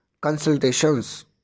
consultations